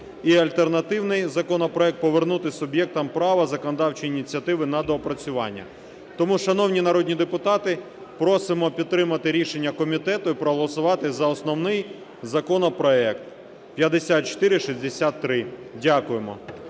і альтернативний законопроект повернути суб'єктам права законодавчої ініціативи на доопрацювання. Тому, шановні народні депутати, просимо підтримати рішення комітету і проголосувати за основний законопроект 5463. Дякуємо.